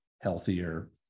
healthier